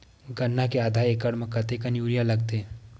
गन्ना के आधा एकड़ म कतेकन यूरिया लगथे?